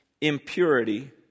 impurity